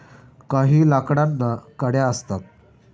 काही लाकडांना कड्या असतात